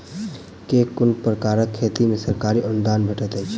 केँ कुन प्रकारक खेती मे सरकारी अनुदान भेटैत अछि?